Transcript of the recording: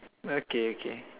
okay okay